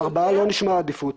ארבעה לא נשמע עדיפות.